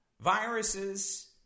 Viruses